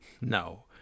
No